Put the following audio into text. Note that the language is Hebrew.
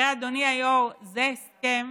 אדוני היו"ר, זה הסכם